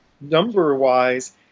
number-wise